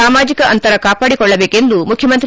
ಸಾಮಾಜಿಕ ಅಂತರ ಕಾಪಾಡಿಕೊಳ್ಳಬೇಕೆಂದು ಮುಖ್ಯಮಂತ್ರಿ